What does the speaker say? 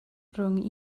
rhwng